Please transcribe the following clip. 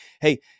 hey